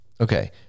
okay